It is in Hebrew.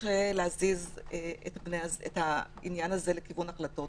קשה להזיז את העניין הזה לכיוון החלטות,